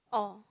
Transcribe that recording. oh